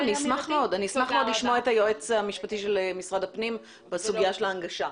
אני אשמח מאוד לשמוע את היועץ המשפטי של משרד הפנים בסוגיה של ההנגשה.